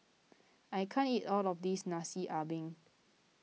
I can't eat all of this Nasi Ambeng